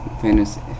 Fantasy